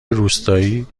روستایی